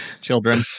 Children